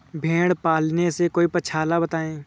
भेड़े पालने से कोई पक्षाला बताएं?